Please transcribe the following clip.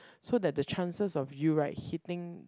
so that the chances of you right hitting